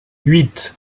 huit